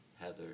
Heather